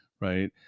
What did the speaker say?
Right